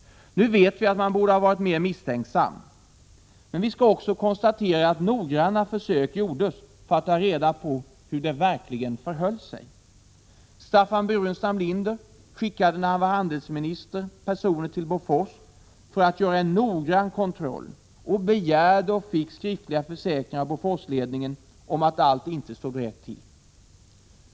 Nu vet vi att man borde ha varit mer misstänksam. Men vi kan också konstatera att noggranna försök gjordes för att ta reda på hur det verkligen förhöll sig. Staffan Burenstam Linder skickade, när han var handelsminister, personer till Bofors för att göra en noggrann kontroll, och han begärde och fick skriftliga försäkringar av Boforsledningen om att allt stod rätt till.